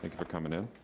like for coming in.